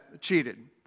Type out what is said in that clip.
cheated